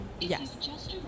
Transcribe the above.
Yes